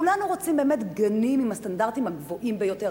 כולנו רוצים באמת גנים בסטנדרטים הגבוהים ביותר,